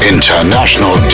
International